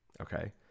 okay